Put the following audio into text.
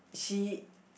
she